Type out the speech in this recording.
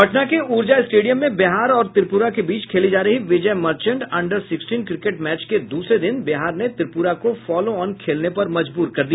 पटना के ऊर्जा स्टेडियम में बिहार और त्रिपुरा के बीच खेली जा रही Vijay Merchant under sixteen cricket match के दूसरे दिन बिहार ने त्रिपुरा को फॉलो ऑन खेलने पर मजबूर कर दिया